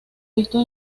visto